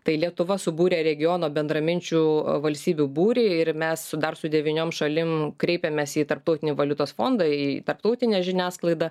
tai lietuva subūrė regiono bendraminčių valstybių būrį ir mes su dar su devyniom šalim kreipėmės į tarptautinį valiutos fondą į tarptautinę žiniasklaidą